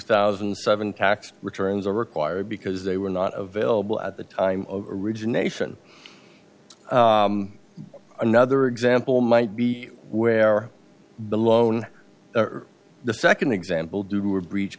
thousand and seven tax returns are required because they were not available at the time of origination another example might be where the loan or the second example do or breach